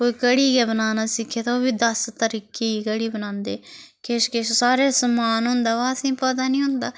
कोई कड़ी गै बनाना सिक्खे तां ओह् बी दस तरीके दी कड़ी बनांदे किश किश सारा समान होंदा बा असें पता नी होंदा